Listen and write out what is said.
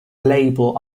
label